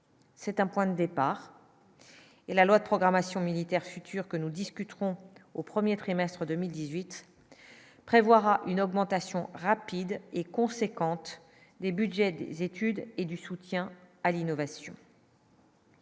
c'est un point départ et la loi de programmation militaire futur que nous discuterons au 1er trimestre 2018 prévoira une augmentation rapide et conséquente des Budgets, des études et du soutien à l'innovation.